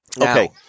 Okay